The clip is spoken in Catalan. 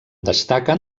destaquen